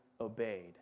obeyed